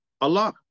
Allah